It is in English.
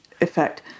effect